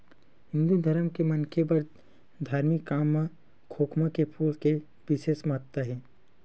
हिंदू धरम के मनखे बर धारमिक काम म खोखमा के फूल के बिसेस महत्ता हे